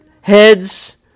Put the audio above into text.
heads